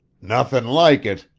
nothin' like it!